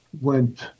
went